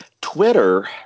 Twitter